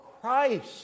Christ